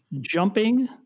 Jumping